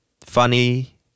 funny